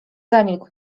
zamilkł